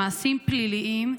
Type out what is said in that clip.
למעשים פליליים,